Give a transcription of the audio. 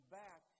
back